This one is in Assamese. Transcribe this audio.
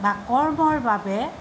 বা কৰ্মৰ বাবে